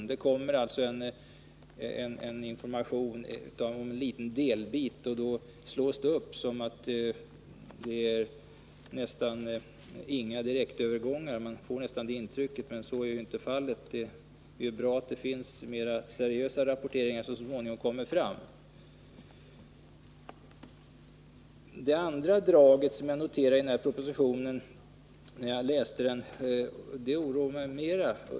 När det kom information om en liten delbit slogs det upp så att man fick intrycket att det nästan inte alls förekommer några direktövergångar. Så är ju inte fallet. Det är bra att det finns mera seriösa rapporteringar, som så småningom kommer fram. Det andra draget som jag noterade när jag läste denna proposition oroar mig mera.